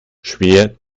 schwer